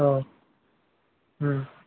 অঁ